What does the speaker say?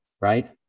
Right